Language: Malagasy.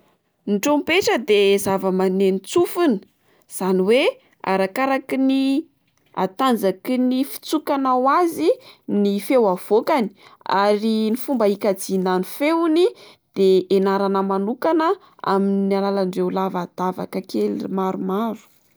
Ny trompetra de zava-maneno tsofina, izany oe arakaraky ny atanjaky ny fitsokanao azy ny feo avokany ary ny fomba hikajiana ny feony de enarana manokana amin'ny alalan'ireo lavadavaka kely maromaro.